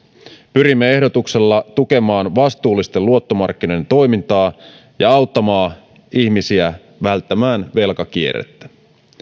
pyrimme ehdotuksella tukemaan vastuullisten luottomarkkinoiden toimintaa ja auttamaan ihmisiä välttämään velkakierrettä